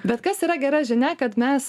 bet kas yra gera žinia kad mes